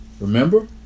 Remember